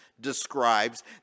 describes